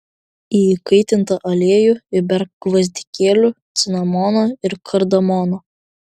į įkaitintą aliejų įberk gvazdikėlių cinamono ir kardamono